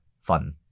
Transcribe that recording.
fun